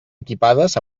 equipades